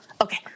okay